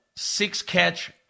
Six-catch